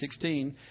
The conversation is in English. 16